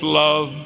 love